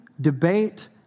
debate